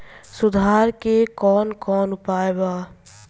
सुधार के कौन कौन उपाय वा?